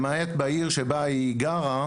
למעט העיר שבה גרה,